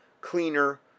cleaner